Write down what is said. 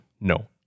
no